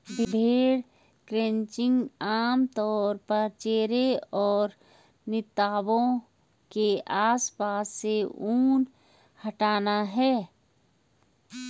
भेड़ क्रचिंग आम तौर पर चेहरे और नितंबों के आसपास से ऊन हटाना है